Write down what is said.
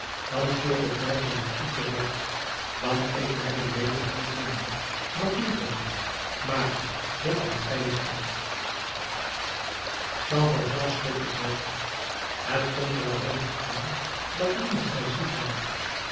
dan keert het meisje met u terug want ik breng u weder hier binnen dat moet wel maar hoe komt gij hier uit jean valjean schudde het hoofd het komt er alleen op aan dat niemand mij zie vader